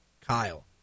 Kyle